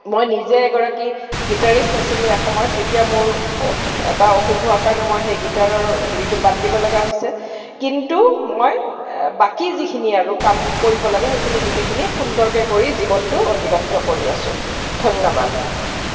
মই নিজে এগৰাকী গীটাৰিষ্ট আছিলো এসময়ত এতিয়া মোৰ এটা অসুখ হোৱাৰ কাৰণে মই সেই গীটাৰৰ হেৰিটো বাদ দিব লগা হৈছে কিন্তু মই বাকী যিখিনি আৰু কাম কৰিব লাগে সেইখিনি গোটেইখিনি সুন্দৰকে কৰি জীৱনটো অতিবাহিত কৰি আছো ধন্যবাদ